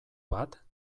bat